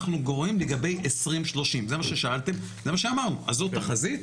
זו תחזית